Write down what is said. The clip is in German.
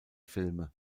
filme